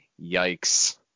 Yikes